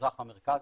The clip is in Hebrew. האזרח במרכז,